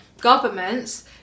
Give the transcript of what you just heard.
governments